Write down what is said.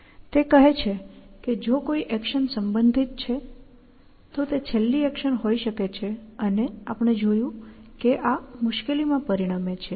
તે કહે છે કે જો કોઈ એક્શન સંબંધિત છે તો તે છેલ્લી એક્શન હોઈ શકે છે અને આપણે જોયું કે આ મુશ્કેલીમાં પરિણમે છે